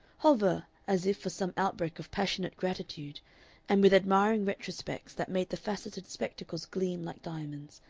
hover as if for some outbreak of passionate gratitude and with admiring retrospects that made the facetted spectacles gleam like diamonds,